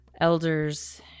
elders